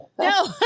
No